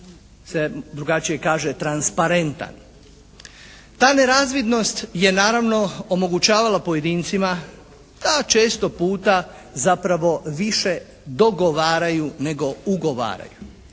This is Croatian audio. se drugačije kaže transparentan. Ta nerazvidnost je naravno omogućavala pojedincima da često puta zapravo više dogovaraju nego ugovaraju.